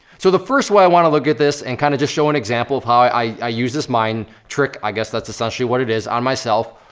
so the first way i wanna look at this, and kinda kind of just show an example of how i i use this mind trick. i guess that's essentially what it is, on myself,